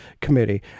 Committee